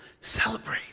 Celebrate